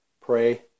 pray